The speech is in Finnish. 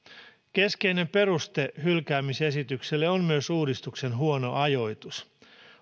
keskeinen peruste hylkäämisesitykselle on myös uudistuksen huono ajoitus